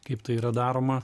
kaip tai yra daroma